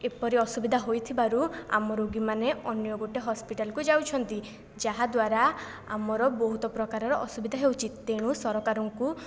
ଏପରି ଅସୁବିଧା ହେଇଥିବାରୁ ଆମ ରୋଗୀମାନେ ଅନ୍ୟ ଗୋଟିଏ ହସ୍ପିଟାଲକୁ ଯାଉଛନ୍ତି ଯାହାଦ୍ୱାରା ଆମର ବହୁତ ପ୍ରକାରର ଅସୁବିଧା ହେଉଛି ତେଣୁ ସରକାରଙ୍କୁ